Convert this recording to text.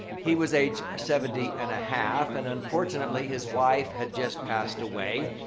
he was age seventy and a half and unfortunately, his wife had just passed away.